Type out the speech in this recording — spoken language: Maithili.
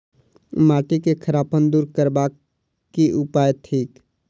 माटि केँ खड़ापन दूर करबाक की उपाय थिक?